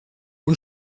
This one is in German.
und